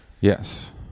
Yes